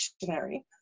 dictionary